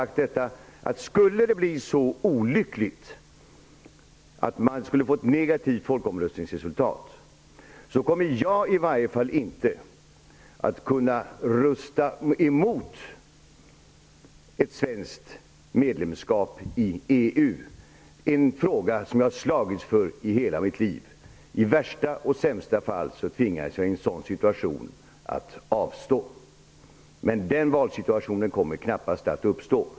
Skulle det bli så olyckligt att man skulle få ett negativt folkomröstningsresultat, kommer i varje fall inte jag att kunna rösta emot ett svenskt medlemskap i EU, en fråga som jag har slagits för i hela mitt liv. I värsta och sämsta fall tvingas jag i en sådan situation att avstå. Men den valsituationen kommer knappast att uppstå.